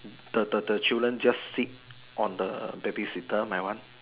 the the the children just sit on the baby sitter my one